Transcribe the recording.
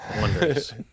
Wonders